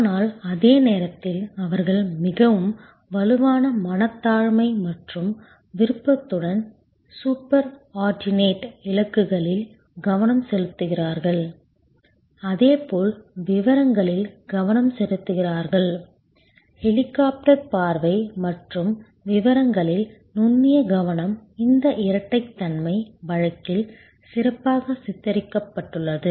ஆனால் அதே நேரத்தில் அவர்கள் மிகவும் வலுவான மனத்தாழ்மை மற்றும் விருப்பத்துடன் சூப்பர் ஆர்டினேட் இலக்குகளில் கவனம் செலுத்துகிறார்கள் அதே போல் விவரங்களில் கவனம் செலுத்துகிறார்கள் ஹெலிகாப்டர் பார்வை மற்றும் விவரங்களில் நுண்ணிய கவனம் இந்த இரட்டைத்தன்மை வாழ்க்கையில் சிறப்பாக சித்தரிக்கப்பட்டுள்ளது